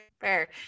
fair